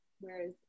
Whereas